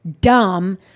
dumb